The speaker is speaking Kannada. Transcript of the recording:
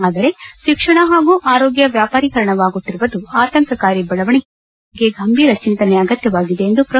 ಆದರೆ ಶಿಕ್ಷಣ ಹಾಗೂ ಆರೋಗ್ಯ ವ್ಯಾಪಾರೀಕರಣವಾಗುತ್ತಿರುವುದು ಆತಂಕಕಾರಿ ಬೆಳವಣಿಗೆಯಾಗಿದ್ದು ಈ ಬಗ್ಗೆ ಗಂಭೀರ ಚಿಂತನೆ ಅಗತ್ಯವಾಗಿದೆ ಎಂದು ಪ್ರೊ